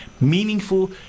meaningful